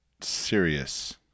serious